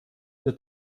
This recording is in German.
ihr